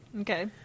Okay